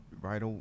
right